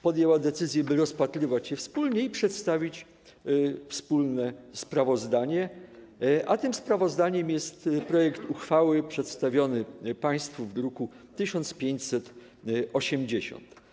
Podjęła decyzję, by rozpatrywać je wspólnie i przedstawić wspólne sprawozdanie, a tym sprawozdaniem jest projekt uchwały przedstawiony państwu w druku nr 1580.